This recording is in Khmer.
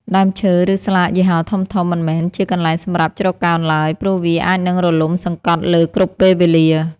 ដើមឈើ ឬស្លាកយីហោធំៗមិនមែនជាកន្លែងសម្រាប់ជ្រកកោនឡើយ ព្រោះវាអាចនឹងរលំសង្កត់លើគ្រប់ពេលវេលា។